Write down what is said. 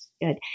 Good